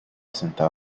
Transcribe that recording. sentado